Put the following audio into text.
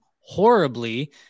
horribly